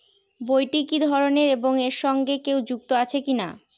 বইটি কি ধরনের এবং এর সঙ্গে কেউ যুক্ত আছে কিনা?